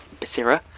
Basira